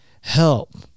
help